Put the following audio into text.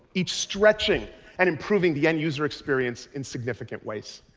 each stretching and improving the end user experience in significant ways.